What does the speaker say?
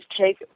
take